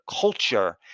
culture